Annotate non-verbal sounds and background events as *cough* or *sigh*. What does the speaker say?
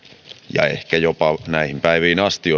ollut ehkä jopa näihin päiviin asti *unintelligible*